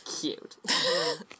Cute